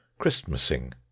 Christmasing